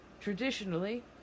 traditionally